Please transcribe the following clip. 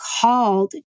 called